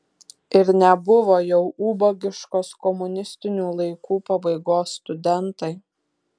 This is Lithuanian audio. ir nebuvo jau ubagiškos komunistinių laikų pabaigos studentai